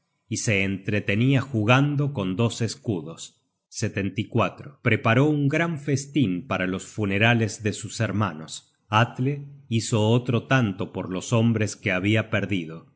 y se entretenia jugando con dos escudos content from google book search generated at preparó un gran festin para los funerales de sus hermanos atle hizo otro tanto por los hombres que habia perdido